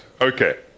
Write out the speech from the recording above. Okay